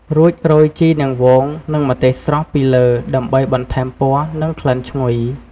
រួចរោយ ជីនាងវង និង ម្ទេសស្រស់ ពីលើ ដើម្បីបន្ថែមពណ៌ និងក្លិនឈ្ងុយ។